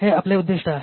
हे आपले उद्दीष्ट आहे